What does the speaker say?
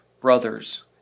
Brothers